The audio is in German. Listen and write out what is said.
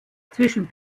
zwischen